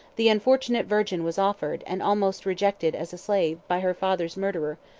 the unfortunate virgin was offered, and almost rejected as a slave, by her father's murderer,